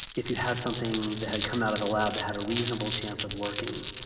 if you had something that had come out of the lab that had a reasonable chance of working.